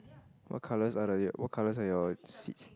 what colours are the what colours are your seats